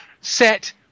set